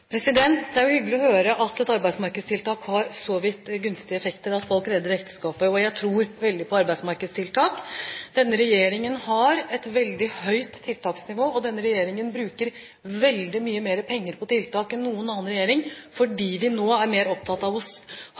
Det er jo hyggelig å høre at et arbeidsmarkedstiltak har så vidt gunstige effekter at folk redder ekteskapet. Jeg tror veldig på arbeidsmarkedstiltak. Denne regjeringen har et veldig høyt tiltaksnivå, og denne regjeringen bruker veldig mye mer penger på tiltak enn noen annen regjering, fordi vi nå er mer opptatt av